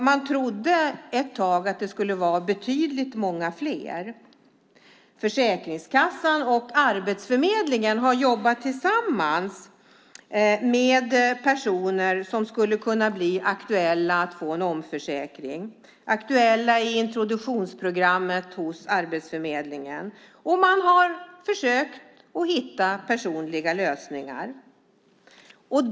Man trodde ett tag att det skulle vara betydligt fler. Försäkringskassan och Arbetsförmedlingen har jobbat tillsammans med personer som skulle kunna bli aktuella att få en omförsäkring och aktuella i introduktionsprogrammet hos Arbetsförmedlingen. Man har försökt hitta personliga lösningar.